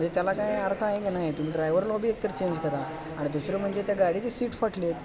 म्हणजे त्याला काय अर्थ आहे की नाही तुम्ही ड्रायवर लोबी एक तर चेंज करा आणि दुसरं म्हणजे त्या गाडीची सीट फाटली आहे